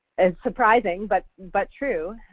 and surprising, but but true.